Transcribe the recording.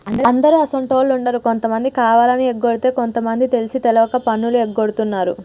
అందరు అసోంటోళ్ళు ఉండరు కొంతమంది కావాలని ఎగకొడితే కొంత మంది తెలిసి తెలవక పన్నులు ఎగగొడుతున్నారు